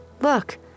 Look